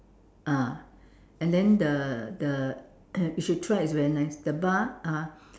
ah and then the the if you try it's very nice the bar uh